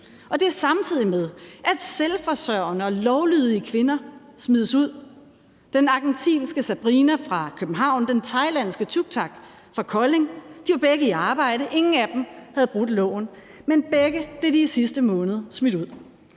Og det er, samtidig med at selvforsørgende og lovlydige kvinder som argentinske Sabrina fra København og thailandske Tucktack fra Kolding smides ud. De var begge i arbejde, og ingen af dem havde brudt loven, men begge blev de i sidste måned smidt ud.